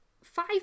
five